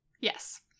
Yes